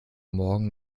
morgen